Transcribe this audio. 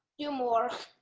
do more.